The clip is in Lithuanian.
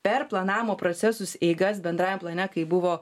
per planavimo procesus eigas bendrajam plane kai buvo